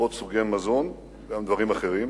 לרבות סוגי מזון, וגם דברים אחרים.